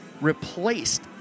replaced